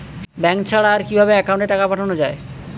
Bank ছাড়া আর কিভাবে একাউন্টে টাকা পাঠানো য়ায়?